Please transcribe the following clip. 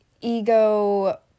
ego